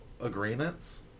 agreements